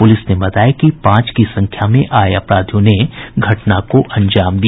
police ने बताया कि पांच की संख्या में आये अपराधियों ने घटना को अंजाम दिया